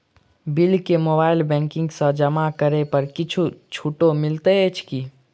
Bill केँ mobile banking सँ जमा करै पर किछ छुटो मिलैत अछि की?